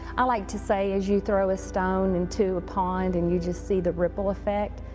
i like to say as you throw a stone into a pond and you just see the ripple effect,